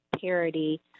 parity